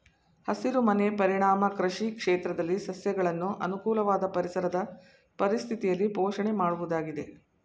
ಹಸಿರುಮನೆ ಪರಿಣಾಮ ಕೃಷಿ ಕ್ಷೇತ್ರದಲ್ಲಿ ಸಸ್ಯಗಳನ್ನು ಅನುಕೂಲವಾದ ಪರಿಸರದ ಪರಿಸ್ಥಿತಿಯಲ್ಲಿ ಪೋಷಣೆ ಮಾಡುವುದಾಗಿದೆ